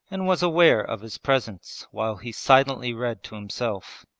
and was aware of his presence while he silently read to himself.